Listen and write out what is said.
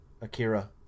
akira